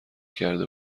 کرده